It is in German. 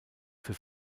für